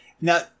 now